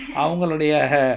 அவங்களுடைய:avangaludaiya